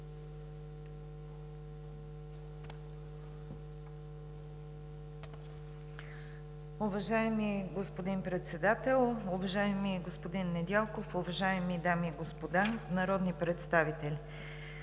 Уважаеми господин Председател, уважаеми господин Недялков, уважаеми дами и господа народни представители!